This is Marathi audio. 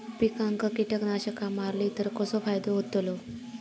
पिकांक कीटकनाशका मारली तर कसो फायदो होतलो?